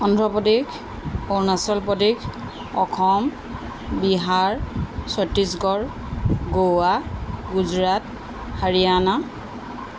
Andhra Pradesh Arunachal Pradesh Assam Bihar Chhattisgarh Goa Gujarat Haryana